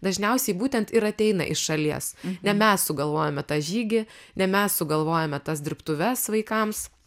dažniausiai būtent ir ateina iš šalies ne mes sugalvojome tą žygį ne mes sugalvojome tas dirbtuves vaikams